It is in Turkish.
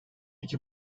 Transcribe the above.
iki